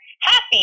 happy